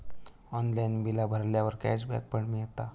online बिला भरल्यावर cashback पण मिळता